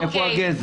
איפה הגזר?